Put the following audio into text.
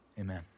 Amen